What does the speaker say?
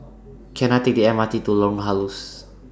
Can I Take The M R T to Lorong Halus